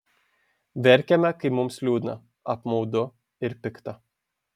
verkiame kai mums liūdna apmaudu ir pikta